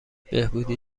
بهبودی